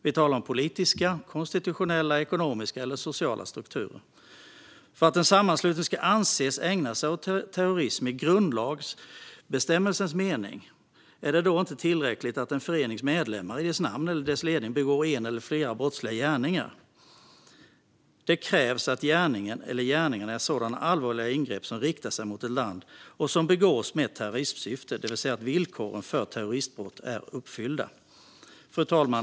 Vi talar om politiska, konstitutionella, ekonomiska eller sociala strukturer. För att en sammanslutning ska anses ägna sig åt terrorism i grundlagsbestämmelsens mening är det alltså inte tillräckligt att en förenings medlemmar i dess namn eller under dess ledning begår en eller flera brottsliga gärningar. Det krävs att gärningen eller gärningarna är allvarliga angrepp som riktar sig mot ett land och som begås med terrorismsyfte, det vill säga att villkoren för terroristbrott är uppfyllda. Fru talman!